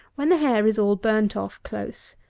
when the hair is all burnt off close,